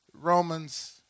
Romans